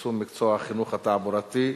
צמצום מקצוע החינוך התעבורתי.